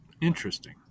Interesting